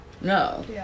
No